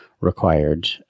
required